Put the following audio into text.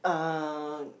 uh